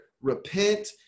Repent